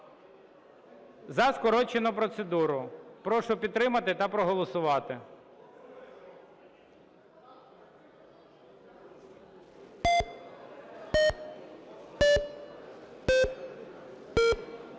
За скорочену процедуру. Прошу підтримати та проголосувати.